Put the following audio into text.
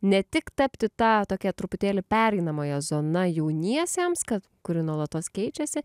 ne tik tapti ta tokia truputėlį pereinamąja zona jauniesiems kad kuri nuolatos keičiasi